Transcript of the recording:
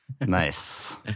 Nice